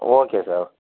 okay sir